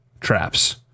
traps